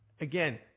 again